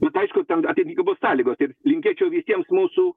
bet aišku ten atitinkamos sąlygos ir linkėčiau visiems mūsų